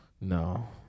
no